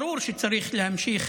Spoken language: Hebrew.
ברור שצריך להמשיך